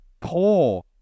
poor